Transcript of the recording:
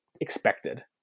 expected